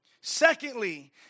Secondly